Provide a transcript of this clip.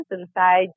inside